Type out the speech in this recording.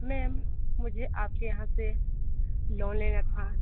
ma'am मुझे आपके यहाँ से लोन लेना था